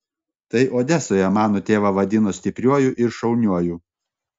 tai odesoje mano tėvą vadino stipriuoju ir šauniuoju